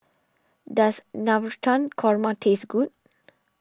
does Navratan Korma taste good